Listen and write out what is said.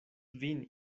vin